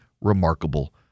remarkable